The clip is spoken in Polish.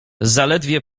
zaledwie